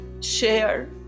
share